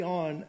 on